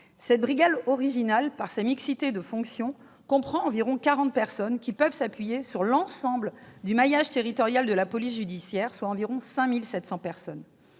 Cette brigade, originale par sa mixité de fonctions, comprend environ quarante personnes, qui peuvent s'appuyer sur l'ensemble du maillage territorial de la police judiciaire, soit environ 5 700 personnes.